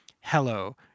Hello